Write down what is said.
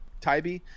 Tybee